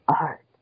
art